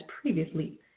previously